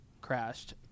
crashed